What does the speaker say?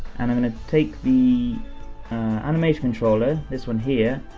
and i'm gonna take the animationcontroller, this one here,